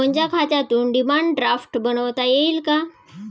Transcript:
मोहनच्या खात्यातून demand draft बनवता येईल का?